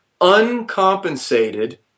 uncompensated